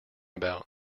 about